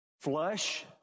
Flush